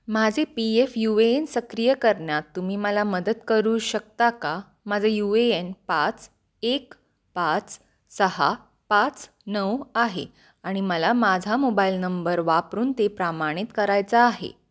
माझे P F U A N सक्रिय करण्यात तुम्ही मला मदत करू शकता का माझं यू ए एन पाच एक पाच सहा पाच नऊ आहे आणि मला माझा मोबाईल नंबर वापरून ते प्रमाणित करायचा आहे